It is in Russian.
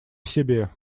себе